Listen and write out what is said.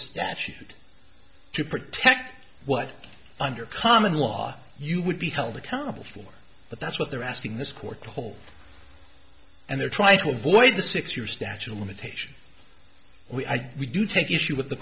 statute to protect what under common law you would be held accountable for but that's what they're asking this court to hold and they're trying to avoid the six year statute of limitations we do take issue with the